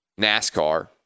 NASCAR